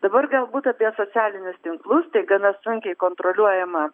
dabar galbūt apie socialinius tinklus tai gana sunkiai kontroliuojama